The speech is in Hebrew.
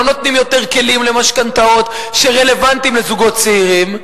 לא נותנים יותר כלים למשכנתאות שרלוונטיים לזוגות צעירים.